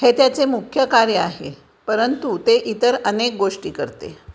हे त्याचे मुख्य कार्य आहे परंतु ते इतर अनेक गोष्टी करते